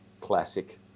classic